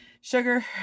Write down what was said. Sugar